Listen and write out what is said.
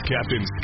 Captain